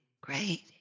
great